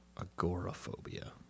Agoraphobia